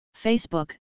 Facebook